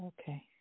Okay